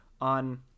on